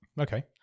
Okay